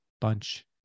bunch